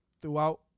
throughout